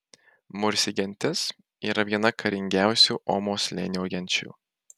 mursi gentis yra viena karingiausių omo slėnio genčių